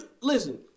listen